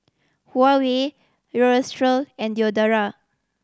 Huawei Aerosole and Diadora